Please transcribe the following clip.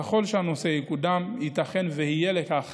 ככל שהנושא יקודם, ייתכן שיהיו לכך